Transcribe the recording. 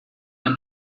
ein